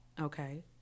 okay